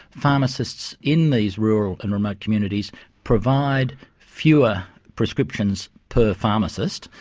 pharmacists in these rural and remote communities provide fewer prescriptions per pharmacist,